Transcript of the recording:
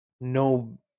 no